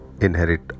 inherit